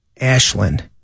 Ashland